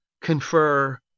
Confer